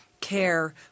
care